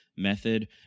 method